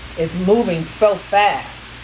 it's moving so fast.